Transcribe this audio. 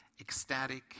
ecstatic